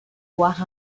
avoir